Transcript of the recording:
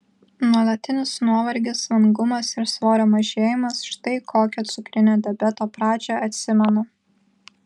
nuolatinis nuovargis vangumas ir svorio mažėjimas štai kokią cukrinio diabeto pradžią atsimenu